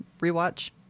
rewatch